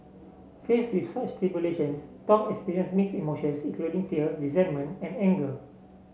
faced with such tribulations Thong experienced mixed emotions including fear resentment and anger